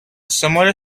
similar